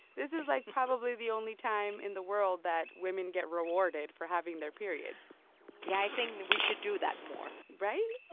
this is, like, probably the only time in the world that women get rewarded for having their periods yeah, i think we should do that more right?